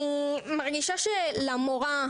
אני מרגישה שלמורה,